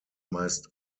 meist